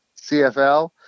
CFL